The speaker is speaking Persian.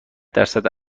درصد